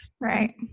right